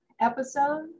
episode